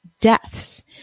deaths